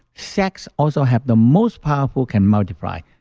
sex also have the most powerful can multiply.